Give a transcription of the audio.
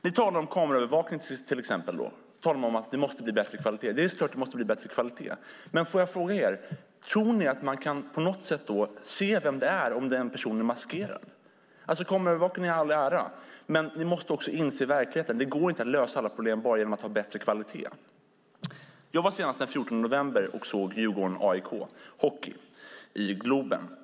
Ni talar till exempel om kameraövervakning och att det måste bli bättre kvalitet. Tror ni att det går att se vem det är om personen är maskerad? Kameraövervakning i all ära, men ni måste inse verkligheten. Det går inte att lösa alla problem enbart med hjälp av bättre kvalitet. Jag var den 14 november och såg en hockeymatch mellan Djurgården och AIK i Globen.